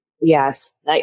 Yes